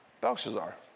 Belshazzar